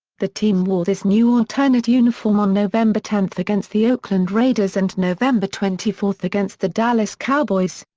the team wore this new alternate uniform on november ten against the oakland raiders and november twenty four against the dallas cowboys.